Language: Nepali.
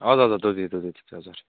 हजुर हजुर दुधे दुधे हजुर